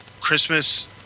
Christmas